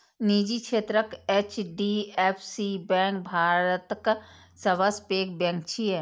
निजी क्षेत्रक HDFC bank भारतक सबसं पैघ बैंक छियै